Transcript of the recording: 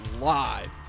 live